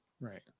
Right